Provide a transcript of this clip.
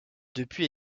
depuis